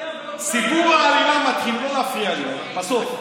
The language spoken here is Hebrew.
שר בישראל, בלי שום ראיה, לא להפריע לי, בסוף.